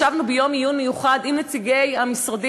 ישבנו ביום עיון מיוחד עם נציגי המשרדים,